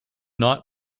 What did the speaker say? not